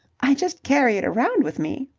i just carry it around with me.